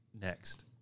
next